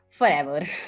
Forever